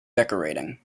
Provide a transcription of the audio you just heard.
decorating